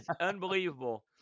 unbelievable